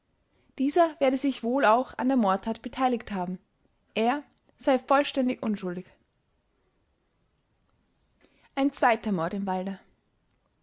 dieser werde sich wohl auch an der mordtat beteiligt haben er sei vollständig unschuldig ein zweiter mord im walde